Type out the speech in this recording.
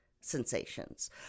sensations